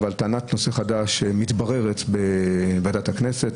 אבל טענת נושא חדש מתבררת בוועדת הכנסת,